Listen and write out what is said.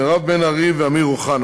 מירב בן ארי ואמיר אוחנה